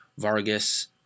Vargas